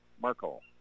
Merkel